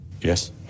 Yes